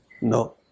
No